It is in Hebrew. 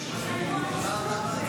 אבל בדיוק